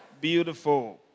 Beautiful